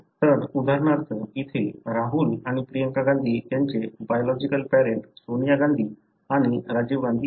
तर उदाहरणार्थ इथे राहुल आणि प्रियंका गांधी यांचे biological parent Sonia Gandhi आणि राजीव गांधी आहेत